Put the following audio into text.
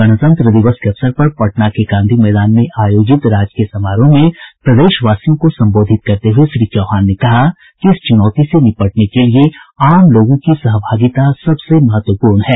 गणतंत्र दिवस के अवसर पर पटना के गांधी मैदान में आयोजित राजकीय समारोह में प्रदेशवासियों को संबोधित करते हुए श्री चौहान ने कहा कि इस चुनौती से निपटने के लिए आम लोगों की सहभागिता सबसे महत्वपूर्ण है